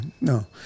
No